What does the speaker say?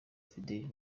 fidele